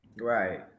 Right